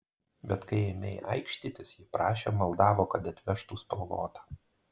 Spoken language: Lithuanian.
bet kai ėmei aikštytis ji prašė maldavo kad atvežtų spalvotą